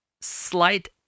slight